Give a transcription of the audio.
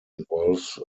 involves